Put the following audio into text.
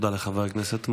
תודה לחבר הכנסת מעוז.